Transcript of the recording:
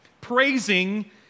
praising